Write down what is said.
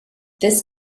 this